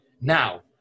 Now